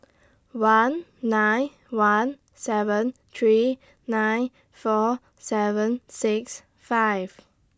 one nine one seven three nine four seven six five